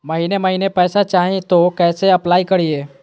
महीने महीने पैसा चाही, तो कैसे अप्लाई करिए?